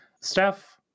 Steph